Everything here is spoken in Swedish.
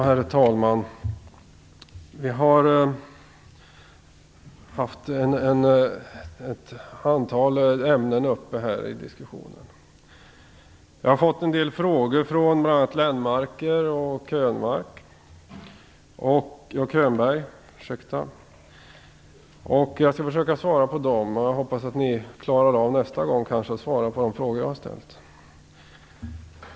Herr talman! Vi har haft ett antal ämnen uppe i diskussionen. Jag har fått en del frågor, bl.a. från Göran Lennmarker och Bo Könberg. Jag skall försöka att svara på dem. Jag hoppas att ni nästa gång klarar av att svara på de frågor jag har ställt.